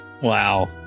wow